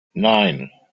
nein